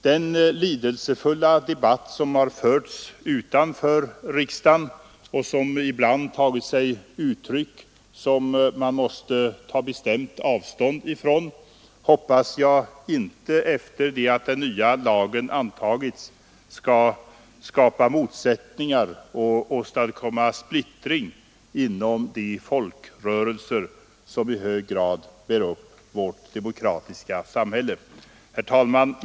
Den lidelsefulla debatt som har förts utanför riksdagen och som ibland fått uttryck som man måste ta bestämt avstånd från hoppas jag efter det att den nya lagen antagits inte skall skapa motsättningar och åstadkomma splittring bland de folkrörelser som i hög grad bär upp vårt demokratiska samhälle. Herr talman!